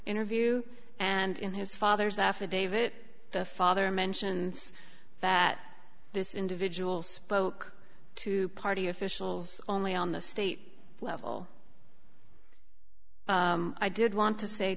interview and in his father's affidavit the father mentions that this individual spoke to party officials only on the state level i did want to say